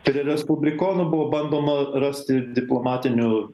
ir respublikonų buvo bandoma rasti diplomatinių